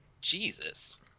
Jesus